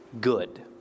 good